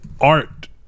art